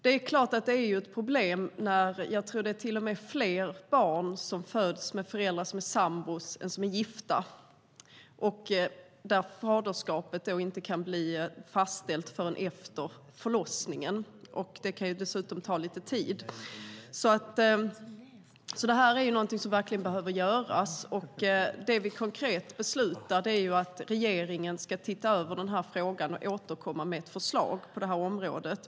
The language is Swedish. Det är klart att det är ett problem att faderskapet inte kan fastställas förrän efter förlossningen eftersom det är fler barn som föds vars föräldrar är sambor än gifta. Det kan dessutom ta lite tid att fastställa faderskapet. Det här behöver alltså verkligen göras. Det som vi beslutar rent konkret är att regeringen ska se över frågan och återkomma med ett förslag på området.